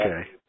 okay